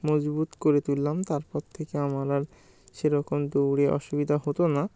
মজবুত করে তুললাম তারপর থেকে আমার আর সেরকম দৌড়ে অসুবিধা হতো না